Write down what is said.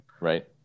Right